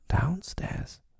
downstairs